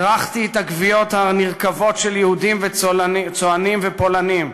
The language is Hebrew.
הרחתי את הגוויות הנרקבות של יהודים וצוענים ופולנים.